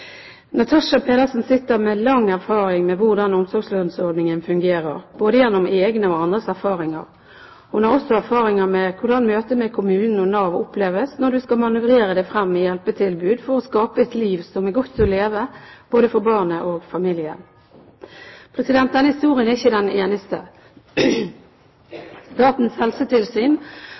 datteren. Natasha Pedersen sitter med lang erfaring med hvordan omsorgslønnsordningen fungerer, gjennom både egne og andres erfaringer. Hun har også erfaringer med hvordan møtet med kommunen og Nav oppleves når du skal manøvrere deg frem i hjelpetilbud for å skape et liv som er godt å leve for både barnet og familien. Den historien er ikke den eneste. Statens helsetilsyn